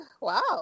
wow